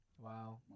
Wow